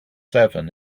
seven